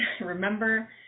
remember